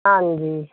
ਹਾਂਜੀ